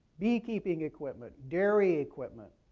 beekeeping equipment, dairy equipment,